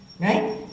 right